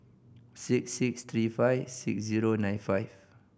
six six three five six zero nine five